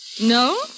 No